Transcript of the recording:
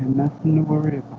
nothing to worry